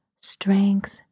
strength